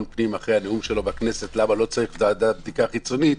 פנים אחרי הנאום שלו בכנסת למה לא צריך ועדת בדיקה חיצונית,